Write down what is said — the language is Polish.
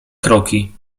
kroki